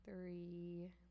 three